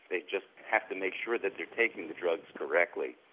they just have to make sure that they are taking the drugs correctly.